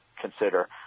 consider